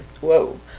whoa